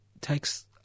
takes